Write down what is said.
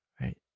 Right